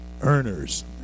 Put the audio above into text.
earners